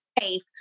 safe